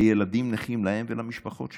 לילדים נכים, להם ולמשפחות שלהם,